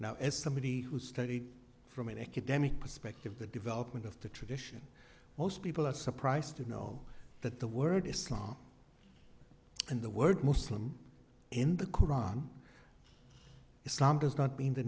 now as somebody who studied from an academic perspective the development of the tradition most people are surprised to know that the word islam and the word muslim in the koran islam has not been the